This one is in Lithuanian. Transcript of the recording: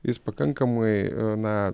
jis pakankamai na